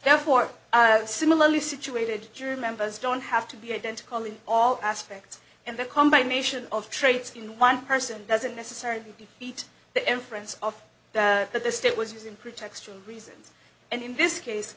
therefore similarly situated jury members don't have to be identical in all aspects and the combination of traits in one person doesn't necessarily be feet the inference of that the state was using protection reasons and in this case